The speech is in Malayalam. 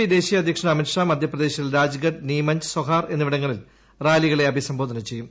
പി ദേശീയ അധ്യക്ഷൻ അമിത് ഷാ മധ്യപ്രദേശിൽ രാജഗഡ് നീമഞ്ച് സൊഹാർ എന്നിവിടങ്ങളിൽ റാലികളെ അഭിസംബോധന ചെയ്യും